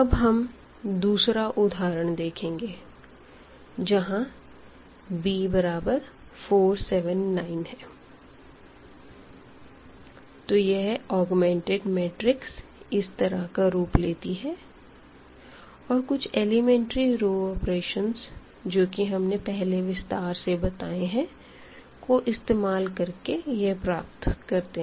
अब हम दूसरा उदाहरण देखेंगे जहां b4 7 9 तो यह ऑगमेंटेड मैट्रिक्स इस तरह का रूप लेती है और कुछ एलिमेंट्री ऑपरेशन जो कि हमने पहले विस्तार से बताएं हैं को इस्तेमाल करके यह प्राप्त करते है